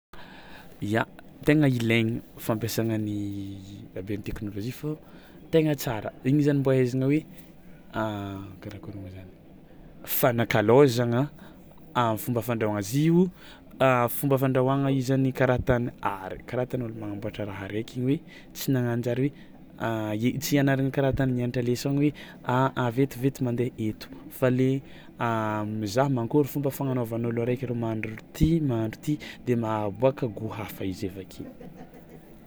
Ya, tegna ilaigna fampiasagna ny rahaben'ny teknôlôjia fao tegna tsara, igny zany mbô ahaizagna hoe karakôry moa zany fanakalôzagna a fomba fandrahoàgna zio a- fomba fandrahoàgna izy zany karaha ta ny ary, karaha ta ny ôlo magnamboàtra raha araiky igny tsy nagnanjary hoe ie- tsy ianaragna karaha ta nianatra leçon-gny hoe a a vetivety mandeha eto fa le mizaha mankôry fomba fagnanaovan'olo araiky ro mahandro ro ty mahandro ty de mahaboàka goût hafa izy avy ake.